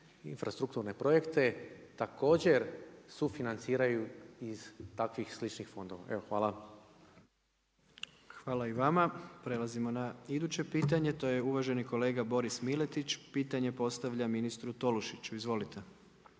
infrastrukturne projekte, također sufinanciraju iz takvih sličnih fondova. Evo hvala. **Jandroković, Gordan (HDZ)** Hvala i vama. Prelazimo na iduće pitanje, to je uvaženi kolega Boris Miletić, pitanje postavlja ministru Tolušiću, izvolite.